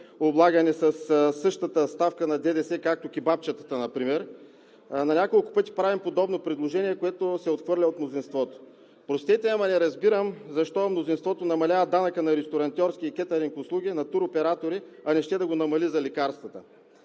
облагани със същата ставка на ДДС както кебапчетата например – на няколко пъти правим подобно предложение, което се отхвърля от мнозинството. Простете, но не разбирам защо мнозинството намалява данъка на ресторантьорския и кетъринг услуги, на туроператори, а не ще да го намали за лекарствата?!